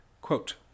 quote